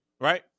Right